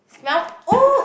smell